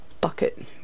bucket